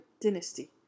dynasty